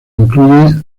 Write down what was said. incluye